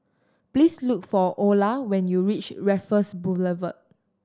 please look for Orla when you reach Raffles Boulevard